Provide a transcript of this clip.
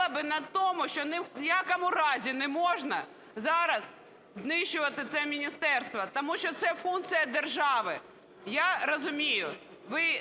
ні в якому разі не можна зараз знищувати це міністерство, тому що це функція держави. Я розумію,